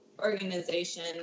organization